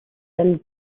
dann